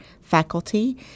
faculty